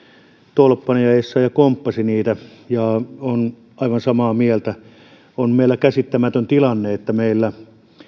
tolppanen ja essayah komppasi niitä ja olen aivan samaa mieltä on meillä käsittämätön tilanne että meillä